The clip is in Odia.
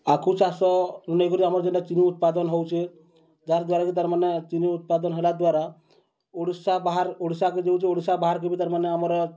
ଆଖୁ ଚାଷ ନୁ ନେଇକରି ଆମର ଯେନ୍ଟା ଚିନି ଉତ୍ପାଦନ୍ ହଉଚେ ଯାହା ଦ୍ୱାରାକି ତାର୍ମାନେ ଚିନି ଉତ୍ପାଦନ୍ ହେଲା ଦ୍ଵାରା ଓଡ଼ିଶା ବାହାର୍ ଓଡ଼ିଶାକେ ଯୋଉଛେ ଓଡ଼ିଶା ବାହାର୍କେ ବି ତାର୍ମାନେ ଆମର୍